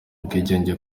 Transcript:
ubwigenge